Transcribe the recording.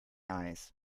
eyes